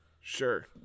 Sure